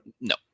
No